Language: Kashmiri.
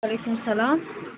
وعلیکُم السَلام